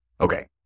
Okay